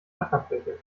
ackerfläche